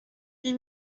huit